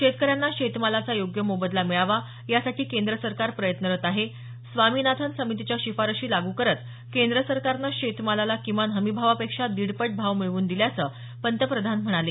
शेतकऱ्यांना शेतमालाचा योग्य मोबदला मिळावा यासाठी केंद्र सरकार प्रयत्नरत आहे स्वामिनाथन समितीच्या शिफारशी लागू करत केंद्र सरकारनं शेतमालाला किमान हमीभावापेक्षा दीडपट भाव मिळवून दिल्याचं पंतप्रधान म्हणाले